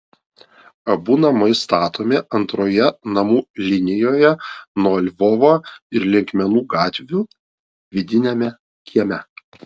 abu namai statomi antroje namų linijoje nuo lvovo ir linkmenų gatvių vidiniame kieme